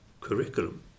curriculum